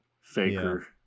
Faker